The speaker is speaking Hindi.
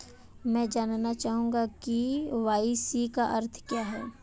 मैं जानना चाहूंगा कि के.वाई.सी का अर्थ क्या है?